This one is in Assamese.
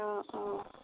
অ অ